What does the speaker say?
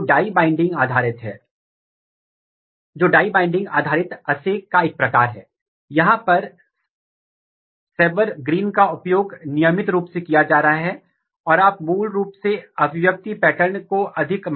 यह वह प्रभाव है जो बताता है कि इन जीनों को सीधे MADS1 द्वारा विनियमित किया जाता है और इस दृष्टिकोण का उपयोग चिप अनुक्रमण के साथ संयोजन में किया गया है